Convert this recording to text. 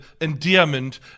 endearment